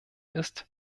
ist